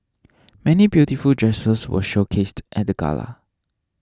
many beautiful dresses were showcased at the gala